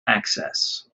access